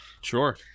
Sure